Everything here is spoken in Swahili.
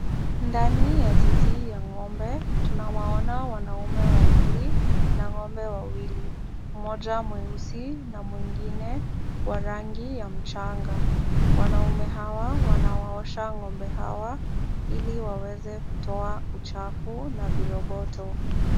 Ndani ya zizi ya ng’ombe tunawaona wanaume wawili na ng’ombe wawili. Mmoja mweusi na mwingine wa rangi ya mchanga. Wanaume hawa wanawaosha ng’ombe hawa ili waweze kutoa uchafu na viroboto.